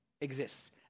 exists